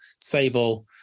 sable